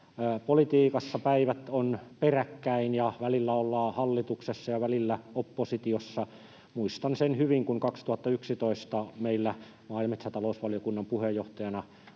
Politiikassa päivät ovat peräkkäin, ja välillä ollaan hallituksessa ja välillä oppositiossa. Muistan hyvin sen, kun 2011 meillä maa- ja metsätalousvaliokunnan puheenjohtajana